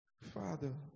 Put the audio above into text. Father